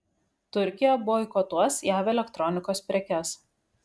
turkija boikotuos jav elektronikos prekes